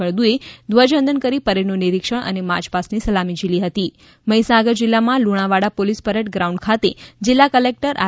ફળદુએ ધ્વજવંદન કરી પરેડનું નિરીક્ષણ અને માર્ચ પાસ્ટ ની સલામી ઝીલી હતી મહિસાગર જિલ્લા માં લુણાવાડા પોલીસ પરેડ ગ્રાઉન્ડ ખાતે જિલ્લા કલેક્ટર આર